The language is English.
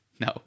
No